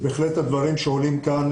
ובהחלט הדברים שעולים כאן,